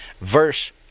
verse